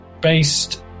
Based